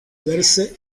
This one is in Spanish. verse